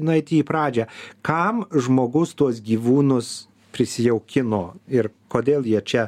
nueiti į pradžią kam žmogus tuos gyvūnus prisijaukino ir kodėl jie čia